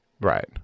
Right